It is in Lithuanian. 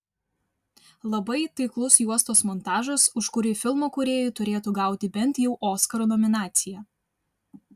labai taiklus juostos montažas už kurį filmo kūrėjai turėtų gauti bent jau oskaro nominaciją